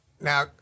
Now